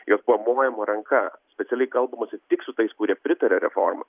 į juos buvo mojama ranka specialiai kalbamasi tik su tais kurie pritaria reformai